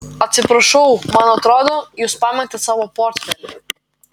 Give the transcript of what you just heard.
atsiprašau man atrodo jūs pametėt savo portfelį